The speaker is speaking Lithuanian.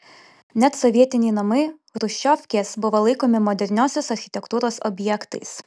net sovietiniai namai chruščiovkės buvo laikomi moderniosios architektūros objektais